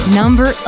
number